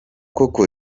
koko